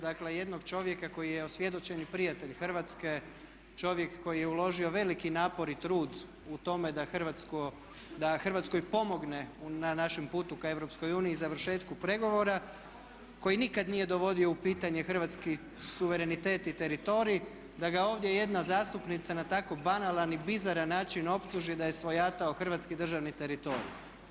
Dakle, jednog čovjeka koji je osvjedočeni prijatelj Hrvatske, čovjek koji je uložio veliki napor i trud u tome da Hrvatskoj pomogne na našem putu ka EU i završetku pregovora, koji nikad nije dovodio u pitanje hrvatski suverenitet i teritorij da ga ovdje jedna zastupnica na tako banalan i bizaran način optuži da je svojatao hrvatski državni teritorij.